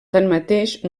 tanmateix